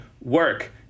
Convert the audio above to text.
work